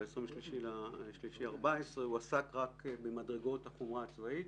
ב-23 במרץ 2014 הוא עסק רק במדרגות החומרה הצבאית.